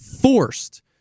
forced